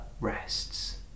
rests